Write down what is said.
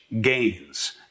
gains